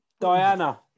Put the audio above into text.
Diana